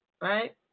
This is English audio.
Right